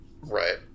Right